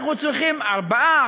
אנחנו צריכים 4,